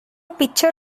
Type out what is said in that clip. picture